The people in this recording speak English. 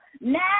Now